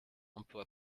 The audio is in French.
emplois